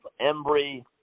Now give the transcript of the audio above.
Embry